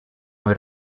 muy